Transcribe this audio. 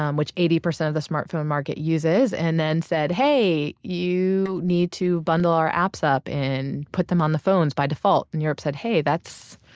um which eighty percent of the smartphone market uses. and then said, hey, you need to bundle our apps up and put them on the phones by default. and europe said, hey, that's